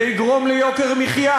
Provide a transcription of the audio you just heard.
זה יגרום ליוקר מחיה.